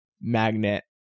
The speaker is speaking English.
magnet